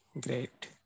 Great